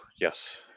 yes